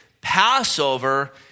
Passover